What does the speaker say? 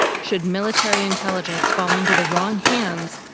should military intelligence fall into the wrong hands,